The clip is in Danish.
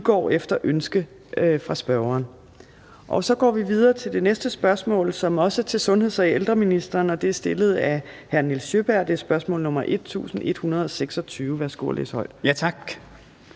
efter ønske fra spørgeren. Så går vi videre til det næste spørgsmål, som også er til sundheds- og ældreministeren, og det er stillet af hr. Nils Sjøberg. Det er spørgsmål nr. S 1126. Kl. 15:14 Spm. nr.